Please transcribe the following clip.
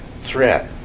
threat